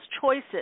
choices